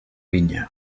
vinya